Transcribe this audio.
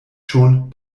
schon